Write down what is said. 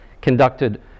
conducted